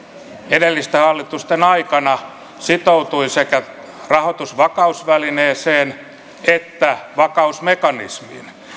edellisten hallitusten aikana sitoutui sekä rahoitusvakausvälineeseen että vakausmekanismiin